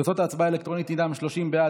תוצאות ההצבעה האלקטרונית הן 30 בעד,